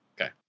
Okay